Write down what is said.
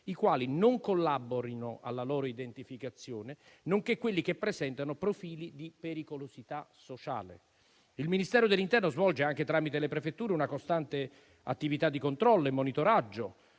i quali non collaborino alla loro identificazione, nonché quelli che presentano profili di pericolosità sociale. Il Ministero dell'interno svolge, anche tramite le prefetture, una costante attività di controllo e monitoraggio